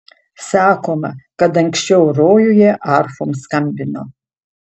sakoma kad anksčiau rojuje arfom skambino